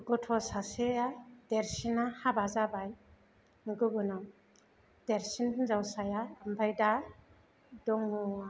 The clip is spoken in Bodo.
गथ' सासेया देरसिना हाबा जाबाय गुबुनआव देरसिन हिन्जावसाया ओमफ्राय दा दङ आ